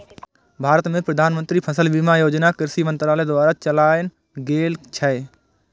भारत मे प्रधानमंत्री फसल बीमा योजना कृषि मंत्रालय द्वारा चलाएल गेल छै